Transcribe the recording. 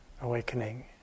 awakening